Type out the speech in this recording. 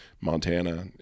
Montana